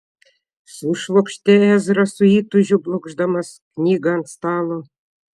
sušvokštė ezra su įtūžiu blokšdamas knygą ant stalo